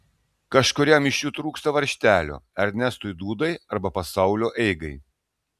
kažkuriam iš jų trūksta varžtelio ernestui dūdai arba pasaulio eigai